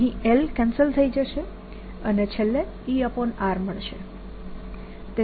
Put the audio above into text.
અહીં L cancel થઇ જશે અને છેલ્લે ER મળશે